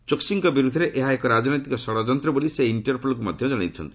ଚୋକ୍ସିଙ୍କ ବିରୁଦ୍ଧରେ ଏହା ଏକ ରାଜନୈତିକ ଷଡ଼ଯନ୍ତ୍ର ବୋଲି ସେ ଇଣ୍ଟରପୋଲକୁ ମଧ୍ୟ ଜଣାଥିଲା